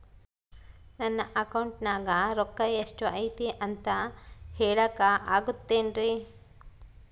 ನನ್ನ ಅಕೌಂಟಿನ್ಯಾಗ ರೊಕ್ಕ ಎಷ್ಟು ಐತಿ ಅಂತ ಹೇಳಕ ಆಗುತ್ತೆನ್ರಿ?